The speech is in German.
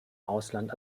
ausland